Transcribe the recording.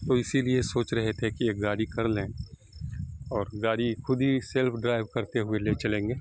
تو اسی لیے سوچ رہے تھے کہ ایک گاڑی کر لیں اور گاڑی خود ہی سیلف ڈرائیو کرتے ہوئے لے چلیں گے